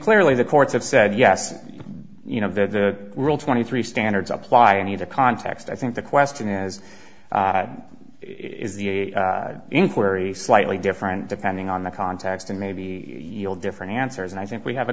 clearly the courts have said yes you know the rule twenty three standards apply and he the context i think the question is is the inquiry slightly different depending on the context and maybe you'll different answers and i think we have a